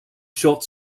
short